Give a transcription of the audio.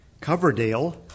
Coverdale